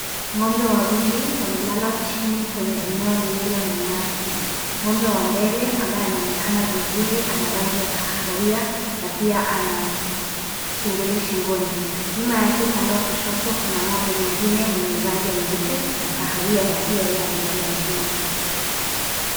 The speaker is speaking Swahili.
Ng'ombe wawili wamelala chini kwenye eneo lililo na nyasi. Ng'ombe wa mbele ambaye anaonekana vizuri ana rangi ya kahawia na pia ana kengele shingoni. Nyuma yake upande wa kushoto kuna ng'ombe mwingine mwenye rangi ya nyeupe na kahawia na pia yeye amelala chini.